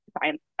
science